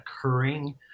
occurring